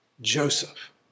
Joseph